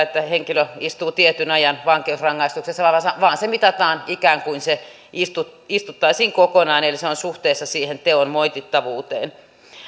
että henkilö istuu tietyn ajan vankeusrangaistuksessa vaan se mitataan ikään kuin se istuttaisiin kokonaan eli se on suhteessa siihen teon moitittavuuteen